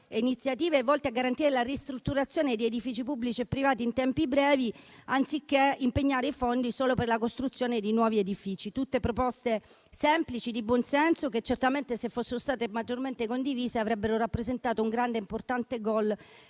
iniziative volte a garantire la ristrutturazione di edifici pubblici e privati in tempi brevi, anziché impegnare i fondi solo per la costruzione di nuovi edifici. Tutte proposte semplici e di buonsenso, che certamente, se fossero state maggiormente condivise, avrebbero rappresentato un grande e importante gol